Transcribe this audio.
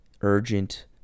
urgent